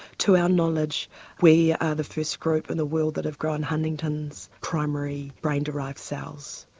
to our knowledge we are the first group in the world that have grown huntington's primary brain derived cells.